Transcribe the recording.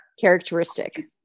characteristic